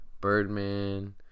Birdman